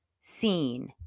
seen